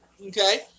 Okay